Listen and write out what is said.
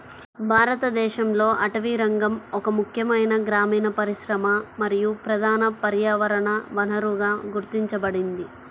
భారతదేశంలో అటవీరంగం ఒక ముఖ్యమైన గ్రామీణ పరిశ్రమ మరియు ప్రధాన పర్యావరణ వనరుగా గుర్తించబడింది